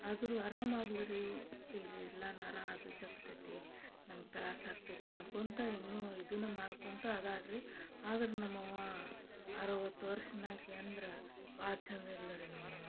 ಆದರು ಆರಾಮಾದ್ಲು ರೀ ಇದಿಲ್ಲ ನರಾದ ಜಗ್ತೈತಿ ನಂಗೆ ತ್ರಾಸ ಆಗ್ತೈತಿ ಅನ್ಕೊಂತ ಇನ್ನೂ ಇದನ್ನ ಮಾಡ್ಕೊಂತ ಅದಾಳ್ರಿ ಆದ್ರೆ ನಮ್ಮವ್ವ ಅರವತ್ತು ವರ್ಷ್ನಾಕಿ ಅಂದ್ರೆ ಭಾಳ ಚಂದ ಇದ್ಲು ರೀ ನಮ್ಮವ್ವ